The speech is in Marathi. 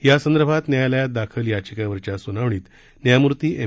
यासंदर्भात न्यायालयात दाखल याचिकेवरील स्नावणीत न्यायमूर्ती एम